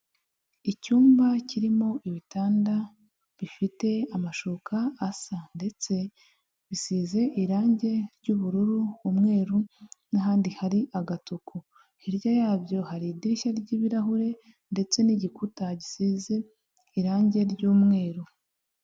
Icyumba kirimo ibitanda bifite amashuka asa ndetse bisize irangi ry'ubururu, umweru n'ahandi hari agatuku, hirya yabyo hari idirishya ry'ibirahure ndetse n'igikuta gisize irangi ry'umweru.